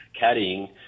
caddying